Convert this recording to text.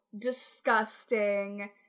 disgusting